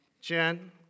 Jen